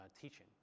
teaching